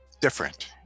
different